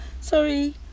sorry